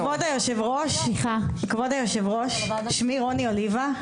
כבוד יושב הראש, שמי רוני אוליבה.